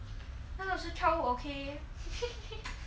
那个是 childhood okay